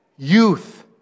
Youth